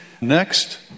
Next